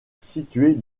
située